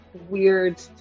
weird